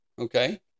okay